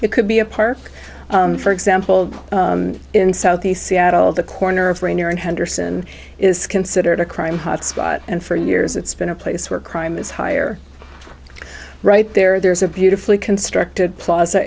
it could be a park for example in southeast seattle the corner of rainier in henderson is considered a crime hotspot and for years it's been a place where crime is higher right there there's a beautifully constructed plaza